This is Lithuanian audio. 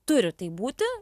turi taip būti